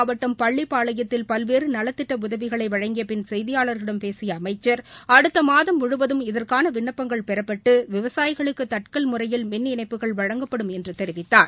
மாவட்டம் பள்ளிப்பாளையத்தில் பல்வேறுநலத்திட்டஉதவிகளைவழங்கியபின் நாமக்கல் செய்தியாளர்களிடம் பேசியஅமைச்சர் அடுத்தமாதம் முழுவதும் இதற்கானவிண்ணப்பங்கள் பெறப்பட்டு விவசாயிகளுக்குதட்கல் முறையில் மின் இணைப்புகள் வழங்கப்படும் என்றுதெரிவித்தார்